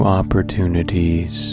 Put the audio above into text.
opportunities